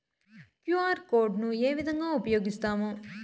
QR code ను ఏ విధంగా ఉపయగిస్తాము?